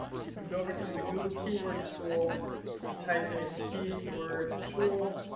you can go over to the google keyword tool and type in keyword tool.